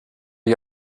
ich